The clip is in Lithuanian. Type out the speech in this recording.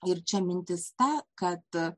ir čia mintis ta kad